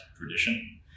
tradition